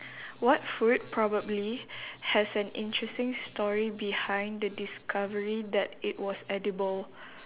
what food probably has an interesting story behind the discovery that it was edible